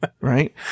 right